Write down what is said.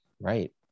Right